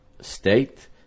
state